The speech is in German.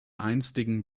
einstigen